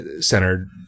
centered